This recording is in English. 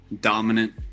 Dominant